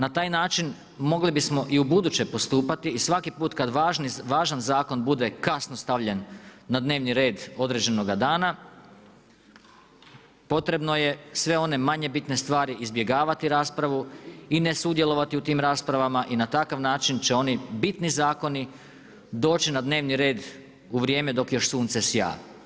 Na taj način mogli bismo i ubuduće postupati i svaki put kad važni zakon bude kasno stavljen na dnevni red određenoga dana, potrebno je sve one manje bitne izbjegavati raspravu i ne sudjelovati u tim raspravama i na takav će oni bitni zakoni doći na dnevni red u vrijeme dok još sunce sja.